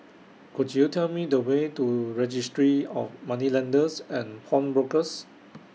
Could YOU Tell Me The Way to Registry of Moneylenders and Pawnbrokers